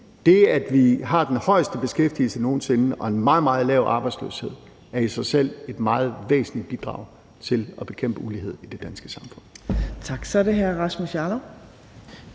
det, at vi har den højeste beskæftigelse nogen sinde og en meget, meget lav arbejdsløshed, er i sig selv et meget væsentligt bidrag til at bekæmpe ulighed i det danske samfund. Kl. 17:32 Tredje næstformand